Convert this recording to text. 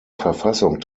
verfassung